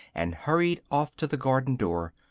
and hurried off to the garden door.